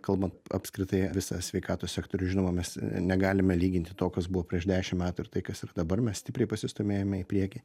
kalbant apskritai visą sveikatos sektorių žinoma mes negalime lyginti to kas buvo prieš dešimt metų ir tai kas yra dabar mes stipriai pasistūmėjome į priekį